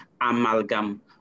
amalgam